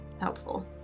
helpful